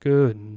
Good